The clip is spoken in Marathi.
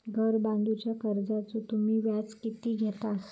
घर बांधूच्या कर्जाचो तुम्ही व्याज किती घेतास?